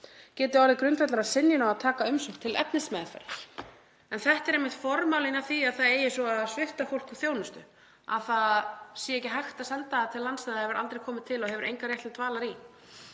geti orðið grundvöllur að synjun á að taka umsókn til efnismeðferðar. Þetta er einmitt formálinn að því að það eigi svo að svipta fólk þjónustu, að það sé ekki hægt að senda það til landsvæða sem það hefur aldrei komið til og hefur engan rétt til dvalar í.